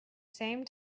same